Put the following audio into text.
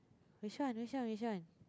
which one which one which one